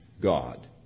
God